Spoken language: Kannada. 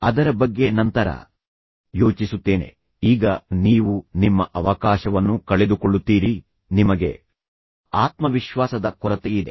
ಅದರ ಬಗ್ಗೆ ನಂತರ ಯೋಚಿಸುತ್ತೇನೆ ಈಗ ನೀವು ನಿಮ್ಮ ಅವಕಾಶವನ್ನು ಕಳೆದುಕೊಳ್ಳುತ್ತೀರಿ ನಿಮಗೆ ಆತ್ಮವಿಶ್ವಾಸದ ಕೊರತೆಯಿದೆ